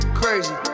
crazy